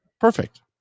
perfect